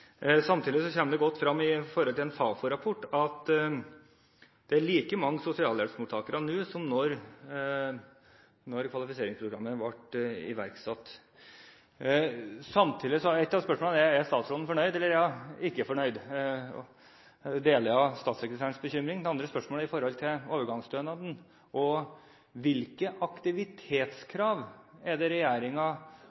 Samtidig kommer det godt frem i en Fafo-rapport at det er like mange sosialhjelpsmottakere nå som da kvalifiseringsprogrammet ble iverksatt. Mitt spørsmål er: Er statsråden fornøyd, eller er hun ikke fornøyd, og deler hun statssekretærens bekymring? Det andre spørsmålet gjelder overgangsstønaden: Hvilke aktivitetskrav er det regjeringen har lagt inn i